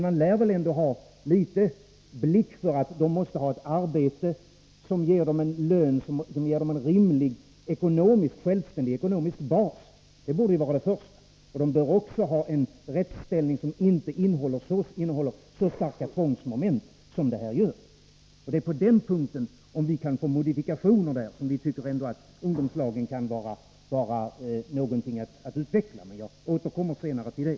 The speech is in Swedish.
Man bör väl ändå inse att ungdomarna för det första måste ha ett arbete som ger dem en självständighet och en rimlig ekonomisk bas. De bör för det andra ha en rättsställning som inte innehåller så starka tvångsmoment som det föreslagna systemet gör. Det är först om vi kan få till stånd modifikationer på den punkten som vi tycker att ungdomslagen ändå kan vara något att utveckla. Men jag återkommer senare till det.